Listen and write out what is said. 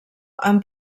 han